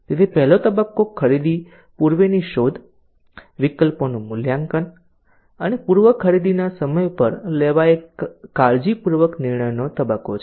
તેથી પહેલો તબક્કો ખરીદી પૂર્વે ની શોધ વિકલ્પોનું મૂલ્યાંકન અને પૂર્વ ખરીદીના સમય પર લેવાયેલ કાળજીપૂર્વક નિર્ણયનો તબક્કો છે